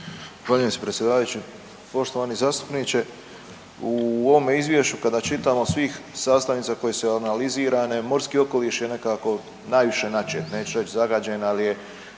Zahvaljujem se predsjedavajući. Poštovani zastupniče u ovome izvješću kada čitamo svih sastavnica koje su analizirane morski okoliš je nekako najviše načet, neću reći zagađen ali je